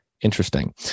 Interesting